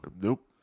Nope